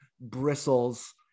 bristles